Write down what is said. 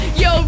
yo